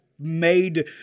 made